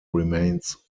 remains